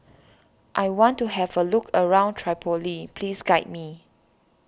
I want to have a look around Tripoli please guide me